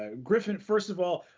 ah griffin, first of all,